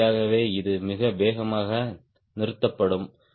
எனவே இயற்கையாகவே இது மிக வேகமாக நிறுத்தப்படும்